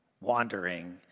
wandering